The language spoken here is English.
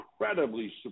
incredibly